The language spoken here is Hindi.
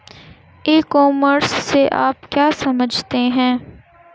ई कॉमर्स से आप क्या समझते हो?